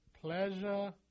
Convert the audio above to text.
pleasure